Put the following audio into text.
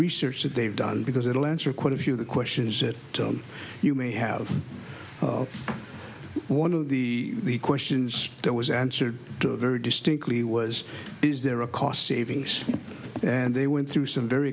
research that they've done because it'll answer quite a few of the questions that you may have one of the questions that was answered very distinctly was is there a cost savings and they went through some very